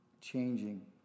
changing